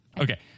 Okay